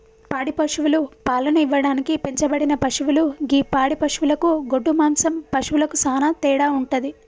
పాడి పశువులు పాలను ఇవ్వడానికి పెంచబడిన పశువులు గి పాడి పశువులకు గొడ్డు మాంసం పశువులకు సానా తేడా వుంటది